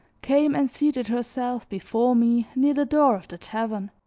came and seated herself before me near the door of the tavern.